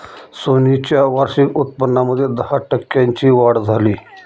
Sony च्या वार्षिक उत्पन्नामध्ये दहा टक्क्यांची वाढ झाली